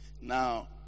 Now